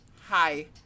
hi